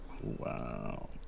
Wow